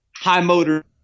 high-motor